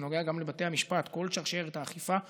זה נוגע לבתי המשפט, כל שרשרת האכיפה.